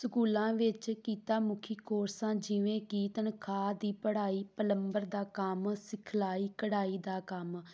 ਸਕੂਲਾਂ ਵਿੱਚ ਕਿੱਤਾ ਮੁਖੀ ਕੋਰਸਾਂ ਜਿਵੇਂ ਕਿ ਤਰਖਾਣ ਦੀ ਪੜ੍ਹਾਈ ਪਲੰਬਰ ਦਾ ਕੰਮ ਸਿਖਲਾਈ ਕਢਾਈ ਦਾ ਕੰਮ